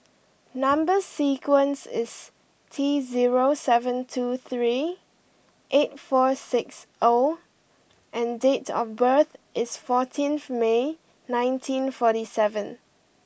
number sequence is T zero seven two three eight four six O and date of birth is fourteenth May nineteen forty seven